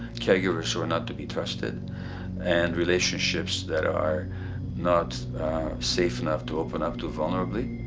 caregivers who were not to be trusted and relationships that are not safe enough to open up to vulnerably.